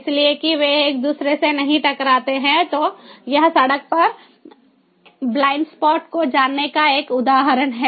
इसलिए कि वे एक दूसरे से नहीं टकराते हैं तो यह सड़क पर ब्लाइंड स्पॉट को जानने का एक उदाहरण है